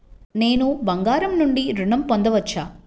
నేను బంగారం నుండి ఋణం పొందవచ్చా?